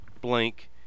blank